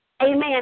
amen